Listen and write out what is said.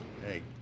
Hey